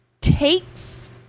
Takes